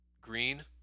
green